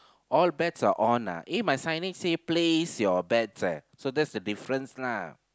all bets are on ah eh my signage say placed your bets eh so that's the difference lah